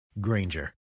Granger